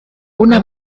una